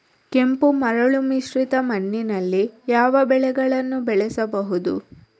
ಕೆಂಪು ಮರಳು ಮಿಶ್ರಿತ ಮಣ್ಣಿನಲ್ಲಿ ಯಾವ ಬೆಳೆಗಳನ್ನು ಬೆಳೆಸಬಹುದು?